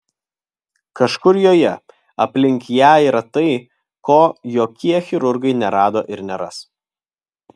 kažkur joje aplink ją yra tai ko jokie chirurgai nerado ir neras